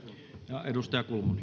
arvoisa